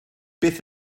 beth